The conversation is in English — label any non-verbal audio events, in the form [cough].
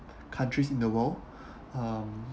[breath] countries in the world [breath] um